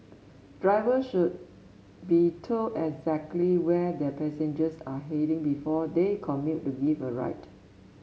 drivers should be told exactly where their passengers are heading before they commit to giving a ride